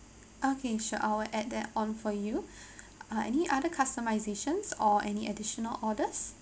okay sure I'll add that on for you uh any other customization or any additional orders